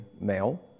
male